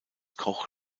koch